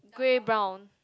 grey brown